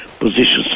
positions